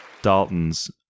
Dalton's